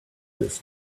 this